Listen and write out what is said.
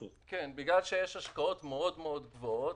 בגלל שיש השקעות מאוד מאוד גבוהות,